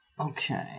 Okay